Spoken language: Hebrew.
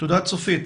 תודה צופית.